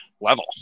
level